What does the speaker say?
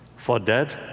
for that,